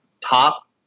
top